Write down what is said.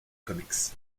comics